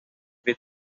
with